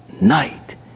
night